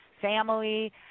family